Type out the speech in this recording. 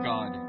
God